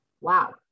Wow